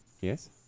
Yes